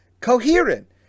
coherent